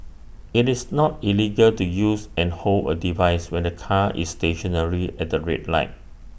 IT is not illegal to use and hold A device when the car is stationary at the red light